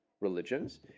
religions